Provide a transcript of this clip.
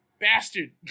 bastard